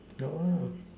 don't want lah